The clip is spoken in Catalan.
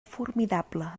formidable